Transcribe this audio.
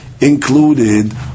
included